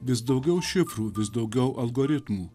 vis daugiau šifrų vis daugiau algoritmų